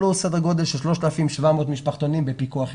פלוס סדר גודל של 3,700 משפחתונים בפיקוח.